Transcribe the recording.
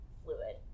fluid